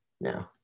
No